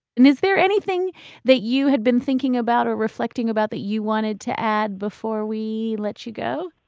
and is there anything that you had been thinking about or reflecting about that you wanted to add before we let you go?